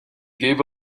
gave